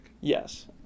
Yes